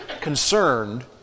concerned